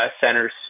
centers